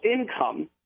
income